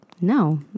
no